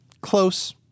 close